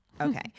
Okay